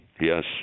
yes